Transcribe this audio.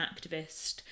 activist